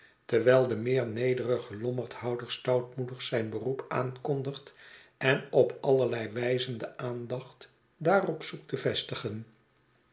terwijl de meer nederige lommerdhouder stoutmoedig zijn beroep aankondigt en op allerlei wijzen de aandacht daarop zoekttevestigen het